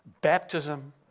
Baptism